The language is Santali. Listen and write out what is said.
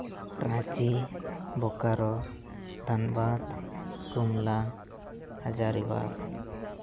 ᱨᱟᱺᱪᱤ ᱵᱳᱠᱟᱨᱳ ᱫᱷᱟᱱᱵᱟᱫ ᱠᱚᱢᱞᱟ ᱦᱟᱡᱟᱨᱤᱵᱟᱜᱽ